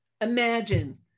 imagine